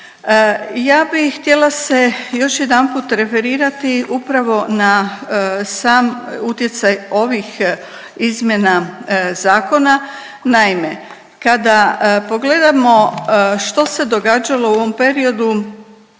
Ja bih htjela se još jedanput referirati upravo na sam utjecaj ovih izmjena zakona. Naime, kada pogledamo što se događalo u ovom periodu,